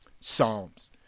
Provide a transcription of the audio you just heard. Psalms